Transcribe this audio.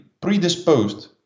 predisposed